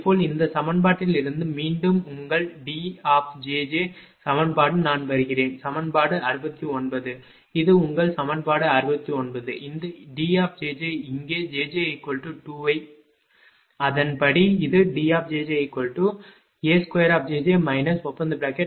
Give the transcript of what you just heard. அதேபோல் இந்த சமன்பாட்டிலிருந்து மீண்டும் உங்கள் D சமன்பாடு நான் வருகிறேன் சமன்பாடு 69 இது உங்கள் சமன்பாடு 69 இந்த D இங்கே jj 2 வை இல்லையா